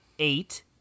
Eight